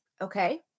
Okay